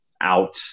out